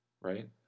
right